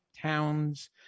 towns